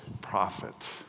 prophet